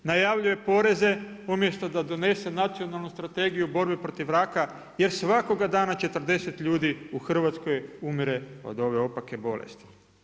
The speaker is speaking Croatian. Najavljuje poreze umjesto da donese Nacionalnu strategiju borbe protiv raka jer svakoga dana 40 ljudi u Hrvatskoj umire od ove opake bolesti.